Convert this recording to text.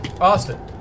Austin